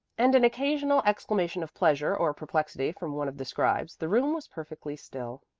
and an occasional exclamation of pleasure or perplexity from one of the scribes, the room was perfectly still.